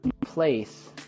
Place